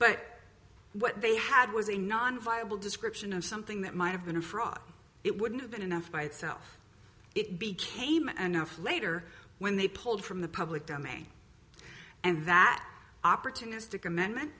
but what they had was a non viable description of something that might have been a fraud it wouldn't have been enough by itself it became an hour later when they pulled from the public domain and that opportunistic amendment